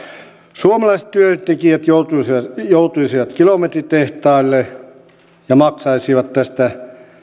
suomalaiset työntekijät joutuisivat joutuisivat kilometritehtaille ja maksaisivat tästä